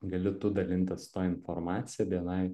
gali tu dalintis informacija bni